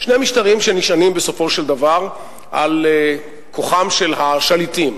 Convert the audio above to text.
שני משטרים שנשענים בסופו של דבר על כוחם של השליטים,